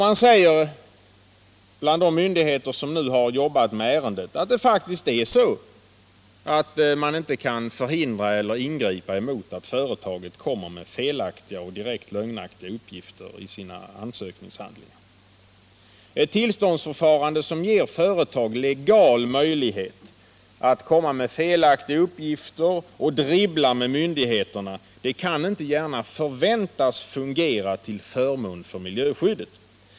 Man säger på de myndigheter som nu har jobbat med ärendet att det faktiskt är så, att man inte kan förhindra eller ingripa mot att företag lämnar felaktiga och direkt lögnaktiga uppgifter i sina ansökningshandlingar. Ett tillståndsförfarande som ger företagen legala möjligheter att lämna felaktiga uppgifter och dribbla med myndigheterna kan inte gärna förväntas fungera till förmån för miljöskyddet.